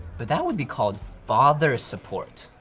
but that would be called father support.